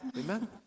Amen